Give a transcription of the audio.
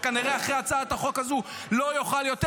שכנראה אחרי הצעת החוק הזו לא יוכל יותר